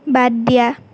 বাদ দিয়া